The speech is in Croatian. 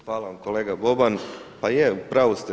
Hvala vam kolega Boban, pa je, u pravu ste.